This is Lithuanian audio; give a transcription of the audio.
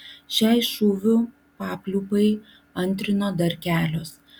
šiai šūvių papliūpai antrino dar kelios